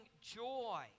joy